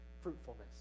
Fruitfulness